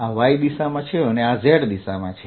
આ Y દિશા છે આ Z દિશા છે